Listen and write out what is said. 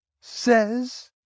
says